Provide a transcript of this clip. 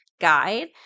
guide